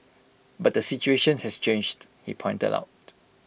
but the situation has changed he pointed out